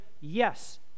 yes